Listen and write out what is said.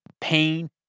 pain